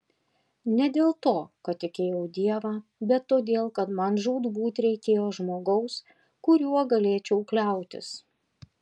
ne dėl to kad tikėjau dievą bet todėl kad man žūtbūt reikėjo žmogaus kuriuo galėčiau kliautis